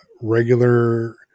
regular